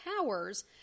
powers